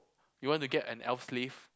you want to get an elf slave